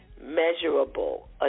measurable